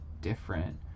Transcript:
different